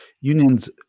unions